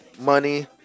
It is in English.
money